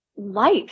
life